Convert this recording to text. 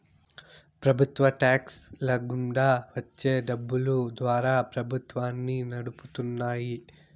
ప్రభుత్వ టాక్స్ ల గుండా వచ్చే డబ్బులు ద్వారా ప్రభుత్వాన్ని నడుపుతున్నాయి